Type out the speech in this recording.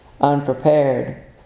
unprepared